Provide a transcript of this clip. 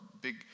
big